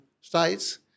States